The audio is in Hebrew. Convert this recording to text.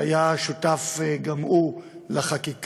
שהיה שותף גם הוא לחקיקה,